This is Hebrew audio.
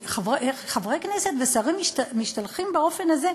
וכשחברי כנסת ושרים משתלחים באופן הזה,